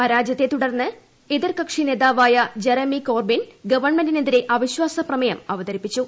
പരാജയത്തെ തുടർന്ന് എതിർ കക്ഷി നേതാവായ ജെറെമി കോർബിൻ ഗവൺമെന്റിനെതിരെ അവിശ്വാസ പ്രമേയം അവതരിപ്പിച്ചു